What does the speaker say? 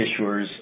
issuers